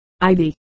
Ivy